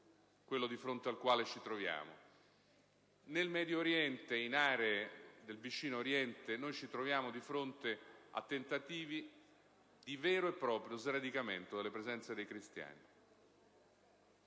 quello di fronte al quale ci troviamo. Nel Medio Oriente e in aree del vicino Oriente ci troviamo di fronte a tentativi di vero e proprio sradicamento della presenza dei cristiani.